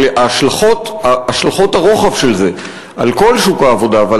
אבל השלכות הרוחב של זה על כל שוק העבודה ועל